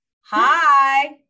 hi